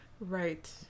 right